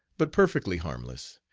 but perfectly harmless,